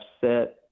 set